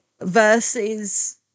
versus